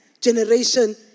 generation